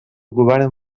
govern